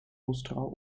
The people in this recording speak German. ostrau